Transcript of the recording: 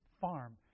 farm